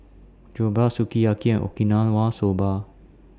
Jokbal Sukiyaki and Okinawa Soba